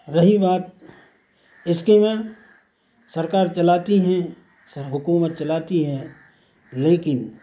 رہی بات اسکیمیں سرکار چلاتی ہیں حکومت چلاتی ہے لیکن